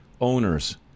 owners